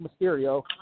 Mysterio